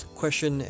question